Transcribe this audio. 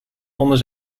onder